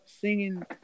singing